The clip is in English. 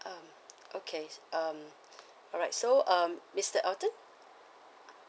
um okay um alright so um mister elton